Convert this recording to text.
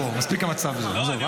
בוא, מספיק המצב הזה.